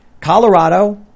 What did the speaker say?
Colorado